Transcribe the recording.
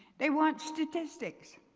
they want statistics.